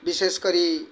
ବିଶେଷ କରି